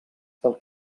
pel